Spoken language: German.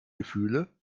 gefühle